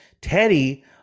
teddy